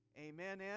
amen